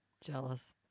Jealous